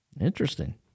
Interesting